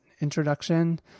introduction